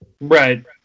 right